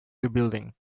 rebuilding